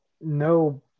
no